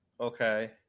Okay